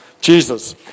Jesus